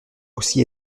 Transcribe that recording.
aussi